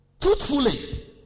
Truthfully